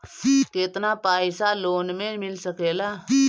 केतना पाइसा लोन में मिल सकेला?